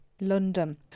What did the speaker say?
London